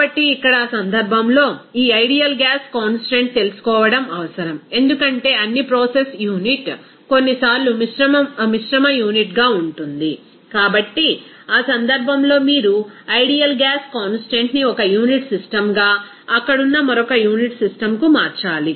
కాబట్టి ఇక్కడ ఆ సందర్భంలో ఈ ఐడియల్ గ్యాస్ కాన్స్టాంట్ తెలుసుకోవడం అవసరం ఎందుకంటే అన్ని ప్రాసెస్ యూనిట్ కొన్నిసార్లు మిశ్రమ యూనిట్గా ఉంటుంది కాబట్టి ఆ సందర్భంలో మీరు ఆ ఐడియల్ గ్యాస్ కాన్స్టాంట్ ని ఒక యూనిట్ సిస్టమ్గా అక్కడ ఉన్న మరొక యూనిట్ సిస్టమ్కు మార్చాలి